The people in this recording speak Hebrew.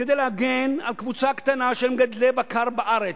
כדי להגן על קבוצה קטנה של מגדלי בקר בארץ.